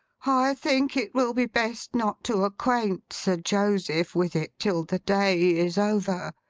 i think it will be best not to acquaint sir joseph with it till the day is over.